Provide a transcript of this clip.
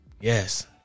Yes